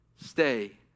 stay